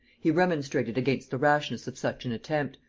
he remonstrated against the rashness of such an attempt,